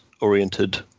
oriented